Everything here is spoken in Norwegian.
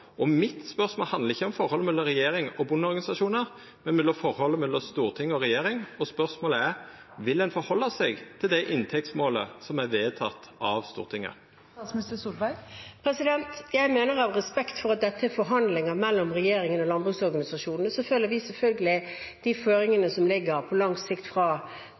mitt handlar ikkje om forholdet mellom regjeringa og bondeorganisasjonane, men om forholdet mellom Stortinget og regjeringa, og spørsmålet er: Vil ein ta omsyn til det inntektsmålet som er vedteke av Stortinget? Av respekt for at dette er forhandlinger mellom regjeringen og landbruksorganisasjonene, følger vi selvfølgelig de føringene som ligger på lang sikt fra